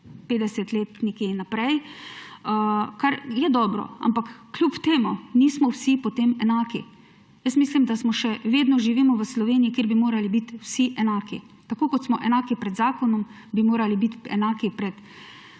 50 let, kar je dobro, ampak kljub temu nismo vsi potem enaki. Jaz mislim, da še vedno živimo v Sloveniji, kjer bi morali biti vsi enaki, tako kot smo enaki pred zakonom, bi morali biti enaki pred